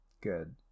good